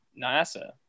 nasa